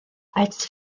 als